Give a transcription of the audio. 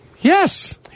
Yes